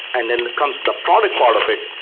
and then comes the product part of it,